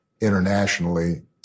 internationally